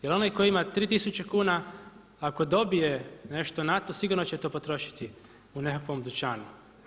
Jer onaj koji ima 3 tisuće kuna ako dobije nešto na to sigurno će to potrošiti u nekakvom dućanu.